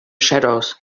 shadows